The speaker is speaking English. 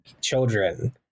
children